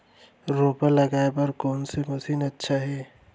रोपा लगाय बर कोन से मशीन अच्छा हे?